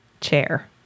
chair